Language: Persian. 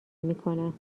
میکنم